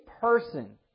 person